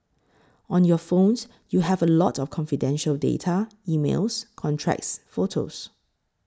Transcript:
on your phones you have a lot of confidential data emails contacts photos